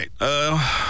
right